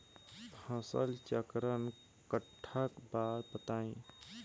फसल चक्रण कट्ठा बा बताई?